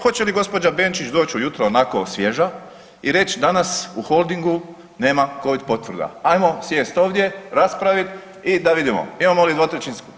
Hoće li gospođa Benčić doći ujutro onako svježa i reć danas u Holdingu nema covid potvrda, ajmo sjest ovdje raspravit i da vidimo imamo li dvotrećinsku.